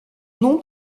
nom